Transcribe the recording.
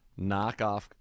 knockoff